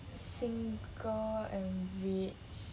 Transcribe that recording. single and rich